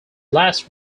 last